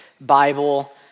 Bible